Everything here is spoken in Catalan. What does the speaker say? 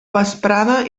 vesprada